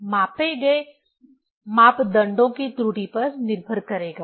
यह मापे गए मापदंडों की त्रुटि पर निर्भर करेगा